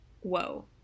whoa